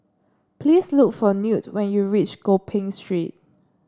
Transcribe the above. please look for Newt when you reach Gopeng Street